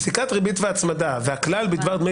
פסיקת ריבית והצמדה והכלל בדבר דמי